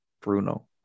Bruno